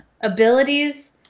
abilities